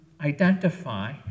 identify